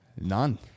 None